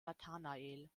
nathanael